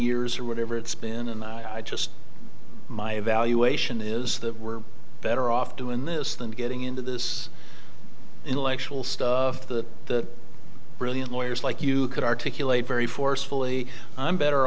years or whatever it's been and i just my evaluation is that we're better off doing this than getting into this intellectual stuff that the brilliant lawyers like you could articulate very forcefully i'm better